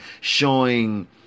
showing